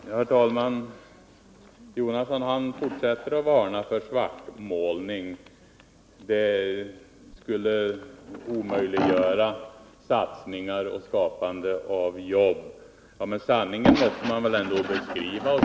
Herr talman! Bertil Jonasson fortsätter att varna för svartmålning, som skulle omöjliggöra satsningar och skapande av jobb. Ja, men sanningen måste man väl ändå beskriva.